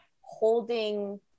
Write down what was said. holding